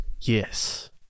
Yes